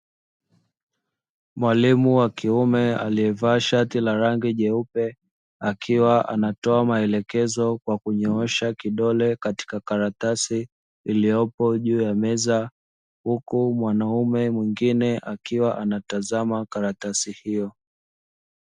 Mwalimu wa kiume aliyevaa shati la rangi jeupe, akiwa anatoa maelekezo kwa kunyoosha kidole katika karatasi iliyopo juu ya meza, huku mwanaume mwingine akiwa anatazama karatasi hiyo.